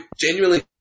genuinely